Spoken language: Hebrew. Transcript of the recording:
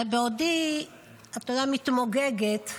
בעודי מתמוגגת,